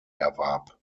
erwarb